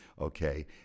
okay